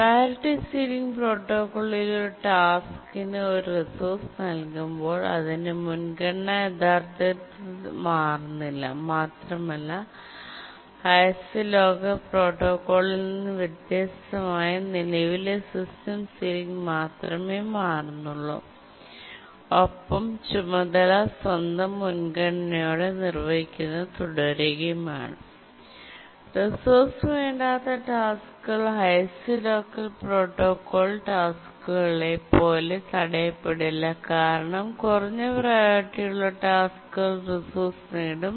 priority ceiling പ്രോട്ടോക്കോളിൽ ഒരു ടാസ്ക്കിന് ഒരു റിസോഴ്സ് നൽകുമ്പോൾ അതിന്റെ മുൻഗണന യഥാർത്ഥത്തിൽ മാറുന്നില്ല മാത്രമല്ല ഹൈഎസ്റ് ലോക്കർ പ്രോട്ടോക്കോളിൽ നിന്ന് വ്യത്യസ്തമായി നിലവിലെ സിസ്റ്റം സീലിംഗ് മാത്രമേ മാറുന്നുള്ളൂ ഒപ്പം ചുമതല സ്വന്തം മുൻഗണനയോടെ നിർവ്വഹിക്കുന്നത് തുടരുകയുമാണ് റിസോഴ്സ് വേണ്ടാത്ത ടാസ്കുകൾ ഹൈഎസ്റ് ലോക്കർ പ്രോട്ടോകോൾ ടാസ്കുകളെ പോലെ തടയപ്പെടില്ല കാരണം കുറഞ്ഞ പ്രിയോറിറ്റി ഉള്ള ടാസ്കുകൾ റിസോഴ്സ് നേടും